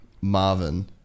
Marvin